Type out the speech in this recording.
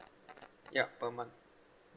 yup per month